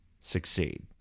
succeed